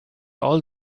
all